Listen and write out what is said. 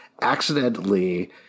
accidentally